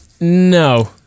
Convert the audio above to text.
No